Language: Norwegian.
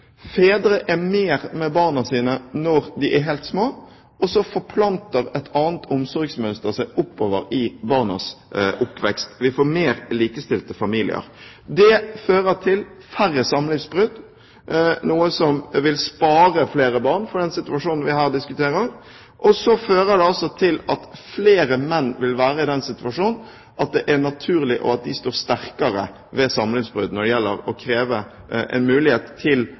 fedre er mer sammen med barna sine når de er helt små, og at det forplanter seg et annet omsorgsmønster oppover i barnas oppvekst – vi får mer likestilte familier. Dette fører til færre samlivsbrudd, noe som vil spare flere barn for å komme i den situasjonen vi her diskuterer, og til at flere menn vil være i den situasjonen at det er naturlig, når de står sterkere ved samlivsbrudd, å kreve ansvar for barna – og at det vil være åpenbart at det er til